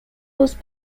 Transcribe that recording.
was